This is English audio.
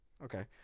Okay